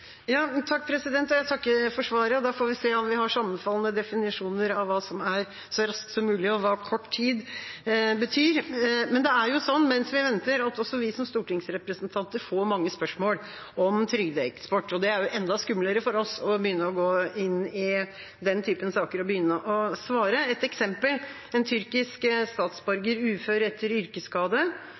og slett. Jeg takker for svaret. Da får vi se om vi har sammenfallende definisjoner av hva som er «så raskt som mulig», og hva «kort tid» betyr. Mens vi venter, får også vi som stortingsrepresentanter mange spørsmål om trygdeeksport, og det er enda skumlere for oss å begynne å gå inn i slike saker og svare. Et eksempel: En tyrkisk statsborger, ufør etter yrkesskade,